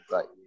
Right